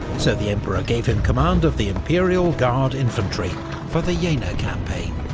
so the emperor gave him command of the imperial guard infantry for the yeah jena campaign.